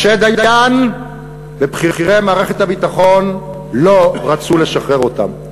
משה דיין ובכירי מערכת הביטחון לא רצו לשחרר אותם,